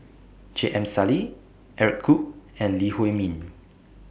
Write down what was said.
J M Sali Eric Khoo and Lee Huei Min